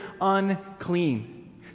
unclean